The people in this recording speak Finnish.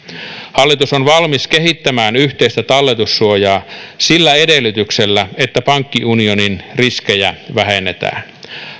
hallitus on valmis kehittämään yhteistä talletussuojaa sillä edellytyksellä että pankkiunionin riskejä vähennetään